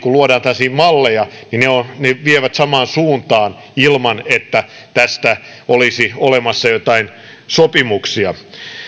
kun luodaan tällaisia malleja niin ne tavallaan vievät samaan suuntaan ilman että tästä olisi olemassa joitain sopimuksia